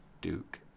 Duke